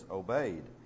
obeyed